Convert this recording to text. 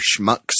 schmucks